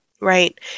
Right